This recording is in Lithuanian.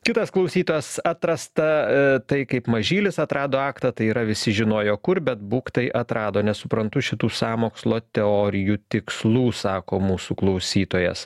kitas klausytojas atrasta tai kaip mažylis atrado aktą tai yra visi žinojo kur bet būk tai atrado nesuprantu šitų sąmokslo teorijų tikslų sako mūsų klausytojas